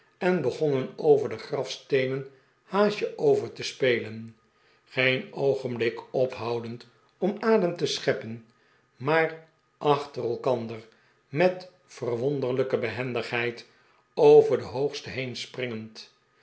en begonnen over de grafsteenen haasje-over te spelen geen oogenblik ophoudend om adem te scheppen maar achter elkander met verwonderlijke behendigheid over den hoogsten heenspringend